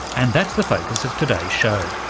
and that's the focus of today's show.